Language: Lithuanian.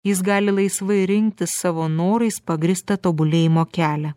jis gali laisvai rinktis savo norais pagrįstą tobulėjimo kelią